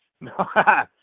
No